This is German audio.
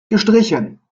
gestrichen